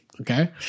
Okay